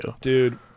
Dude